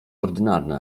ordynarny